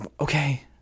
okay